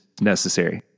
necessary